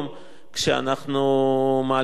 כשאנחנו מעלים את הדיון.